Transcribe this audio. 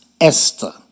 Esther